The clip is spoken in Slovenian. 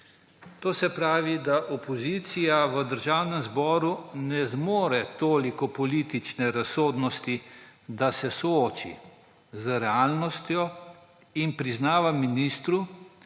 To se pravi, da opozicija v Državnem zboru ne zmore toliko politične razsodnosti, da se sooči z realnostjo in priznava ministru,